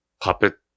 puppet